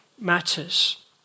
matters